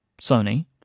Sony